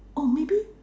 oh maybe